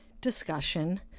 discussion